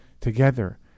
together